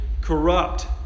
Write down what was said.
corrupt